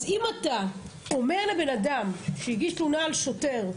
אז אם אתה אומר לבן אדם שהגיש תלונה על שוטר,